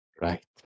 right